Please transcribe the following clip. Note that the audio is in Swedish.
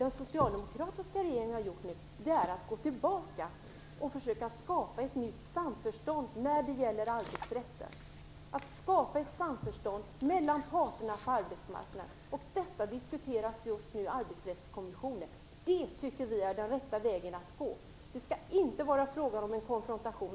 Den socialdemokratiska regeringen har gått tillbaka och försökt skapa ett nytt samförstånd när det gäller arbetsrätten - att skapa ett samförstånd mellan parterna på arbetsmarknaden. Detta diskuteras just nu i arbetsrättskommissionen. Det tycker vi är den rätta vägen att gå. Det skall inte vara fråga om en konfrontation.